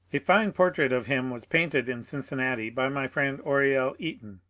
a fine portrait of him was painted in cincinnati by my friend oriel eaton,